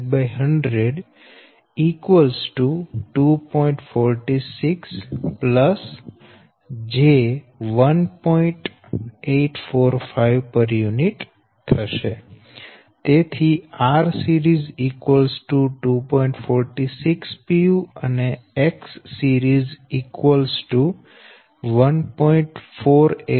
46 pu અને Xseries 1